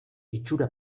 itxura